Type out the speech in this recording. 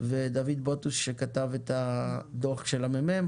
ודוד בוטוש שכתב את הדו"ח של המ"מ.